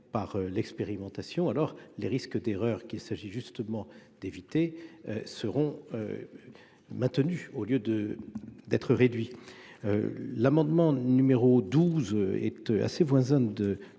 par l'expérimentation, alors les risques d'erreurs qu'il s'agit justement d'éviter seront maintenus, au lieu d'être réduits. J'émets donc un avis défavorable.